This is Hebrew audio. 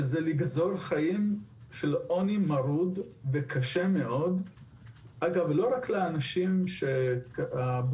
שזה לגזור חיים של עוני מרוד וקשה מאוד לא רק לאנשים הבוגרים